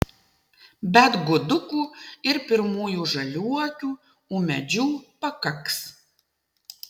bet gudukų ir pirmųjų žaliuokių ūmėdžių pakaks